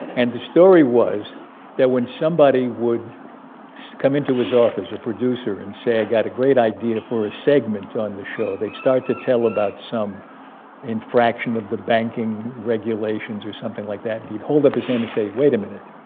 and the story was when somebody would come into his office a producer and say, i've got a great idea for a segment on the show, they'd start to tell about some infraction of the banking regulations or something like that. and he'd hold up his hand and say wait a minute